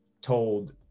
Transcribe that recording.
told